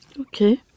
Okay